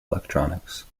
electronics